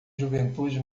juventude